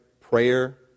prayer